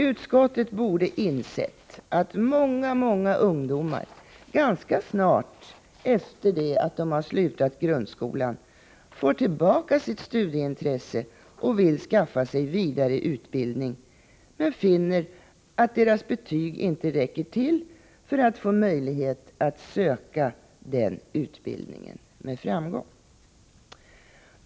Utskottet borde ha insett att många, många ungdomar ganska snart efter det att de har slutat grundskolan får tillbaka sitt studieintresse och vill skaffa sig vidare utbildning men finner att deras betyg inte räcker till för att de skall ha möjlighet att med framgång söka den utbildningen.